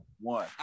One